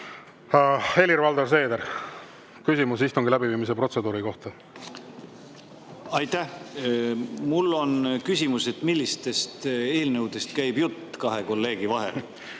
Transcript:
Helir-Valdor Seeder, küsimus istungi läbiviimise protseduuri kohta. Aitäh! Mul on küsimus: millistest eelnõudest käib jutt kahe kolleegi vahel?